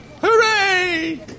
hooray